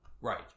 Right